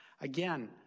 Again